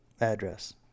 address